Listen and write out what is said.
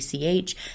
ACH